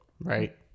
Right